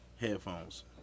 headphones